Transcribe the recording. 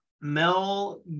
Mel